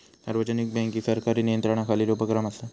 सार्वजनिक बँक ही सरकारी नियंत्रणाखालील उपक्रम असा